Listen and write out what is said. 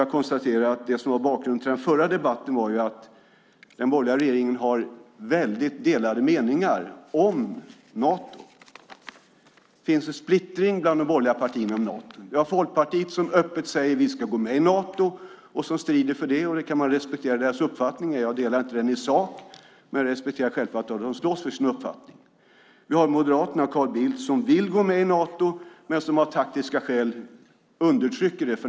Jag konstaterar att det som var bakgrunden till den förra debatten var de i den borgerliga regeringen väldigt delade meningarna om Nato. Det finns ju en splittring bland de borgerliga partierna om Nato. Vi har Folkpartiet som öppet säger att Sverige ska gå med i Nato och som strider för det. Man kan respektera deras uppfattning. Jag delar den inte i sak men respekterar självfallet att de står för sin uppfattning. Vi har Moderaterna och Carl Bildt som vill gå med i Nato men som av taktiska skäl för närvarande undertrycker det.